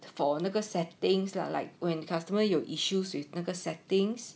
for 那个 settings lah like when customer 有 issues with 那个 settings